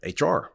HR